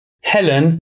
Helen